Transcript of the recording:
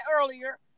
earlier